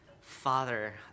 Father